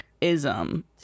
ism